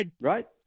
Right